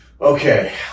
Okay